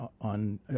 on